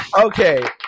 Okay